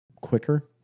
quicker